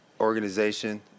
organization